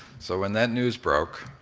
so when that news broke,